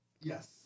Yes